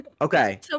Okay